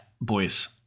boys